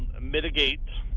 mitigate